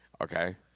Okay